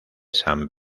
san